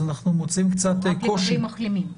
אז אנחנו מוצאים קצת קושי --- רק לגבי מחלימים.